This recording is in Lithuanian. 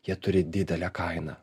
jie turi didelę kainą